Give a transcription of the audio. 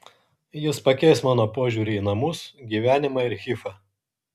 jis pakeis mano požiūrį į namus gyvenimą ir hifą